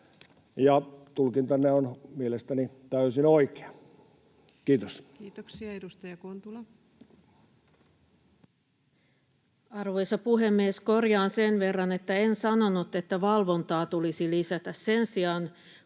ja tulkintanne on mielestäni täysin oikea. — Kiitos. Kiitoksia. — Edustaja Kontula. Arvoisa puhemies! Korjaan sen verran, että en sanonut, että valvontaa tulisi lisätä. Sen sijaan